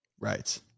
Right